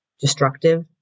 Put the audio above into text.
destructive